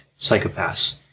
psychopaths